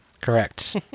Correct